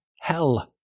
hell